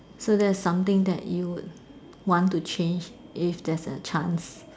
so that's something that you would want to change if there's a chance